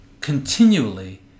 continually